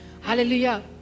Hallelujah